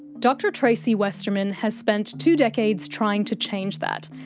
dr tracy westerman has spent two decades trying to change that.